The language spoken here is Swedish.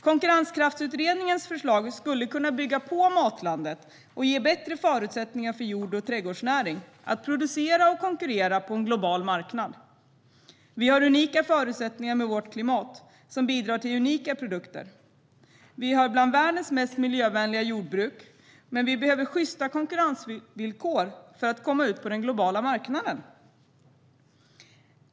Konkurrenskraftsutredningens förslag skulle kunna bygga på Matlandet och ge bättre förutsättningar för jord och trädgårdsnäring att producera och konkurrera på en global marknad. Vi har unika förutsättningar med vårt klimat, som bidrar till unika produkter. Vi har bland världens mest miljövänliga jordbruk, men vi behöver sjysta konkurrensvillkor för att komma ut på den globala marknaden.